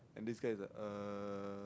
and this guys is like uh